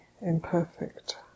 imperfect